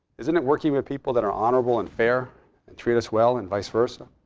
isn't it working with people that are honorable, and fair, and treat us well, and vice versa?